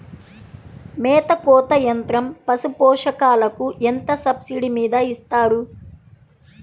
మేత కోత యంత్రం పశుపోషకాలకు ఎంత సబ్సిడీ మీద ఇస్తారు?